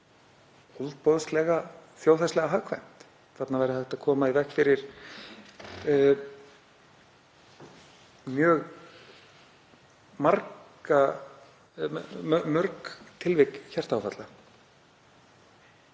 ofboðslega þjóðhagslega hagkvæmt. Þarna væri hægt að koma í veg fyrir mjög mörg tilvik hjartaáfalla.